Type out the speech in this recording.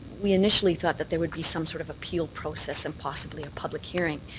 we initially thought that there would be some sort of appeal process and possibly a public hearing.